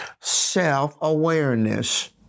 self-awareness